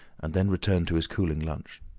and then returned to his cooling lunch.